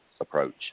approach